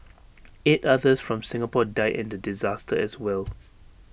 eight others from Singapore died in the disaster as well